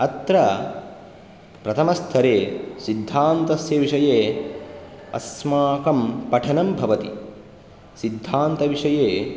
अत्र प्रथमस्तरेसिद्धान्तस्य विषये अस्माकं पठनं भवति सिद्धान्तविषये